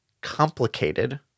complicated